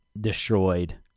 destroyed